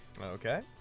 Okay